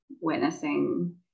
witnessing